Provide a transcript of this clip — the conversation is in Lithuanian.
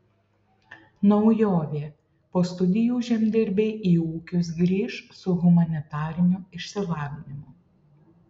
naujovė po studijų žemdirbiai į ūkius grįš su humanitariniu išsilavinimu